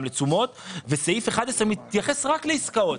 לתשומות ופסקה (11) מתייחסת רק לעסקאות.